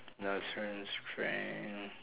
industrial strength